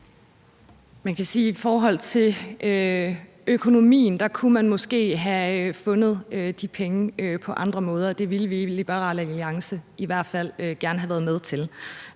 i forhold til økonomien kunne man måske have fundet de penge på andre måder. Det ville vi i Liberal Alliance i hvert fald gerne have været med til.